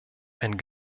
ein